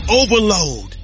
overload